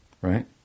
right